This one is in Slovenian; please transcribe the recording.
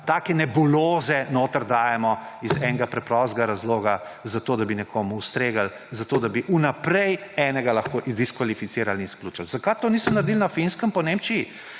take nebuloze dajemo noter iz enega preprostega razloga: zato da bi nekomu ustregli, zato da bi vnaprej enega lahko diskvalificirali in izključili. Zakaj tega niso naredili na Finskem in v Nemčiji?